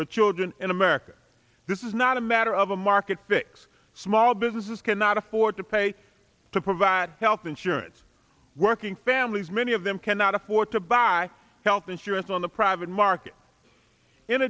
for children in america this is not a matter of a market fix small businesses cannot afford to pay to provide health insurance working families many of them cannot afford to buy health insurance on the private market in